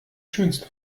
schönste